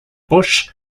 bush